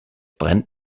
brennt